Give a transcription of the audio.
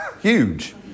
huge